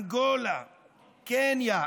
אנגולה, קניה,